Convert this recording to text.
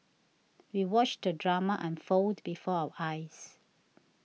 we watched the drama unfold before our eyes